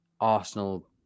Arsenal